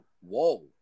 Whoa